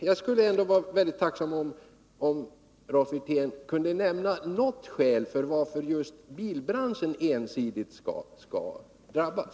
Jag skulle vara mycket tacksam om Rolf Wirtén kunde nämna något skäl till att just bilbranschen ensidigt skall drabbas.